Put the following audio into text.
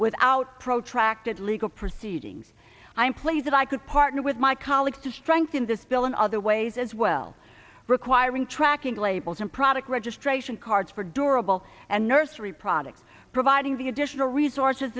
without protracted legal proceedings i'm pleased that i could partner with my colleagues to strengthen this bill in other ways as well requiring tracking labels and product registration cards for durable and nursery products providing the additional resources